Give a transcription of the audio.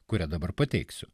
kurią dabar pateiksiu